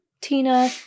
Tina